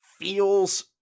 feels